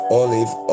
olive